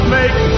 make